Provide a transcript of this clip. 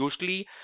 usually